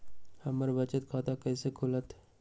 हमर बचत खाता कैसे खुलत?